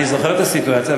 אני זוכר את הסיטואציה,